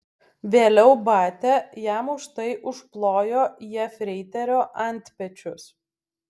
vėliau batia jam už tai užplojo jefreiterio antpečius